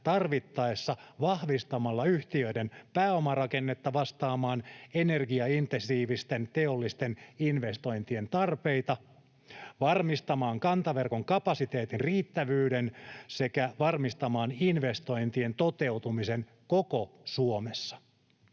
tarvittaessa vahvistamalla yhtiöiden pääomarakennetta vastaamaan energiaintensiivisten teollisten investointien tarpeita, varmistamaan kantaverkon kapasiteetin riittävyyden sekä varmistamaan investointien toteutumisen koko Suomessa.